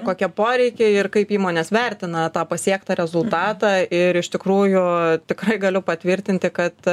kokie poreikiai ir kaip įmonės vertina tą pasiektą rezultatą ir iš tikrųjų tikrai galiu patvirtinti kad